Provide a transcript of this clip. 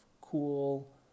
cool